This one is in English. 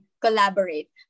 Collaborate